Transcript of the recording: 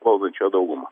valdančiąją daugumą